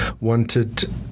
wanted